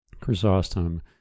Chrysostom